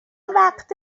وقت